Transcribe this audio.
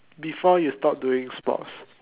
before you stop doing sports